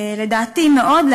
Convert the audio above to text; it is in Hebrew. לדעתי מאוד,